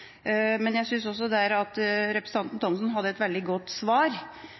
Men jeg synes også der at representanten Thomsen hadde et veldig godt svar,